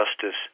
justice